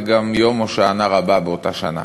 זה גם יום הושענא רבה באותה שנה.